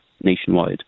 nationwide